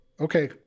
okay